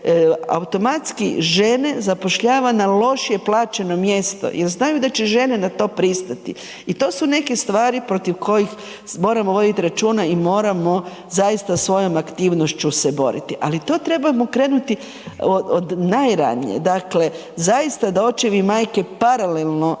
automatski žene zapošljava na lošije plaćeno mjesto jel znaju da će žene na to pristati i to su neke stvari protiv kojih moramo vodit računa i moramo zaista se svojom aktivnošću se boriti, ali to trebamo krenuti od najranije, dakle zaista da očevi i majke paralelno